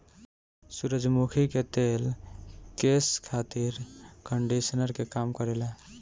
सूरजमुखी के तेल केस खातिर कंडिशनर के काम करेला